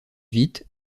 vite